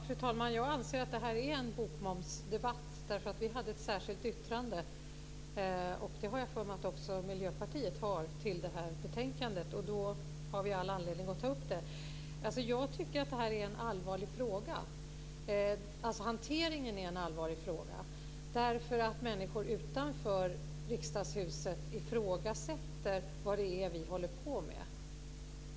Fru talman! Jag anser att detta är en bokmomsdebatt, för vi hade ett särskilt yttrande - det har jag för mig att också Miljöpartiet har - till detta betänkande. Då har vi all anledning att ta upp det. Jag tycker att hanteringen är en allvarlig fråga, därför att människor utanför Riksdagshuset ifrågasätter vad det är vi håller på med.